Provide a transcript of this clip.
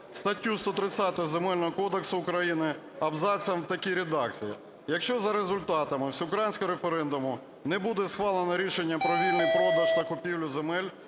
статтю 130 Земельного кодексу України абзацом в такій редакції: "Якщо за результатами всеукраїнського референдуму не буде схвалено рішення про вільний продаж та купівлю земель